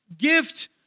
gift